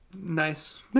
Nice